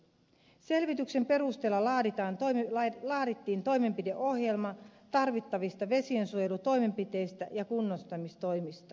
selvityksen perusteella laadittiin toimenpideohjelma tarvittavista vesiensuojelutoimenpiteistä ja kunnostamistoimista